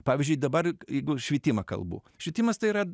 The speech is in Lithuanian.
pavyzdžiui dabar jeigu švietimą kalbu švietimas tai yra